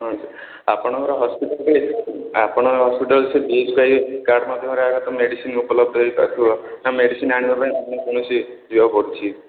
ହଁ ଆପଣଙ୍କର ହସ୍ପିଟାଲ୍ରେ ଆପଣ ହସ୍ପିଟାଲ୍ ସେ B S K Y card ମାଧ୍ୟମରେ ମେଡ଼ିସିନ ଉପଲବ୍ଧ ହେଇପାରୁଥିବ ନା ମେଡ଼ିସିନ୍ ଆଣିବା ପାଇଁ କୌଣସି ଇଏ ପଡ଼ୁଛି